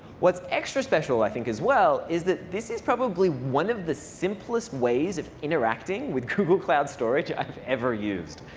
what's extra special, i think, as well is that this is probably one of the simplest ways of interacting with google cloud storage i've ever used.